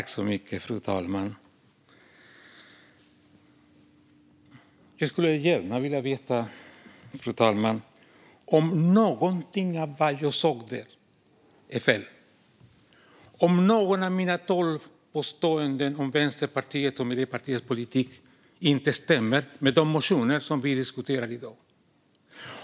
Fru talman! Jag skulle gärna vilja veta om någonting av det jag sa är fel och om några av mina tolv påståenden om Vänsterpartiets och Miljöpartiets politik inte stämmer med de motioner som vi diskuterar i dag.